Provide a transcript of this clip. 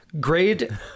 Grade